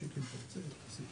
שיקי, אם תרצה, תוסיף.